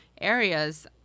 areas